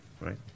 right